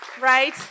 right